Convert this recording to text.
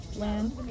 land